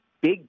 Big